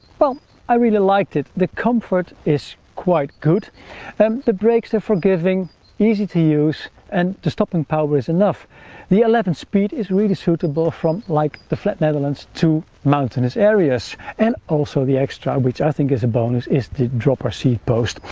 well i really liked it the comfort is quite good and the brakes are forgiving easy to use and the stopping power is enough the eleven speed is really suitable from like the flat netherlands to mountainous areas and also the extra which i think is a bonus is the dropper seat post.